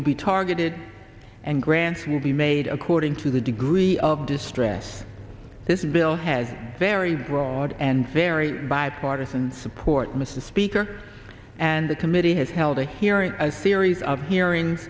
will be targeted and grants will be made according to the degree of distress this bill has very broad and very bipartisan support mr speaker and the committee has held a hearing a series of hearing